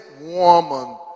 woman